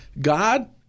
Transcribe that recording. God